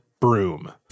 broom